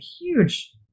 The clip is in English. huge